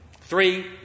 Three